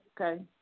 okay